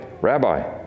Rabbi